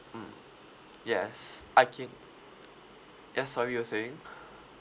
mm yes I can ya sorry you were saying